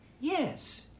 Yes